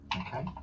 Okay